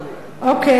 אוקיי.